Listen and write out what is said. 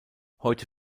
heute